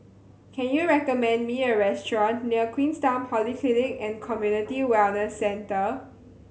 can you recommend me a restaurant near Queenstown Polyclinic and Community Wellness Centre